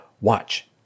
watch